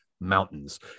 mountains